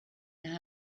know